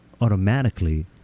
automatically